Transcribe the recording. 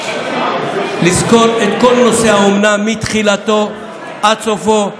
לסקור את כל נושא האומנה מתחילתו עד סופו,